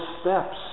steps